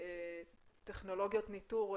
טכנולוגיות ניטור,